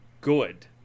good